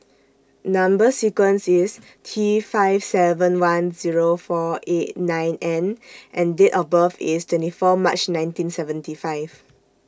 Number sequence IS T five seven one Zero four eight nine N and Date of birth IS twenty four March nineteen seventy five